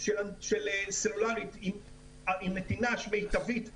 של סלולרי עם נתינה מיטבית לתושבים,